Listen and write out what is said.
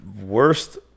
worst